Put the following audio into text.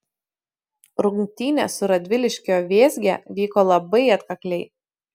rungtynės su radviliškio vėzge vyko labai atkakliai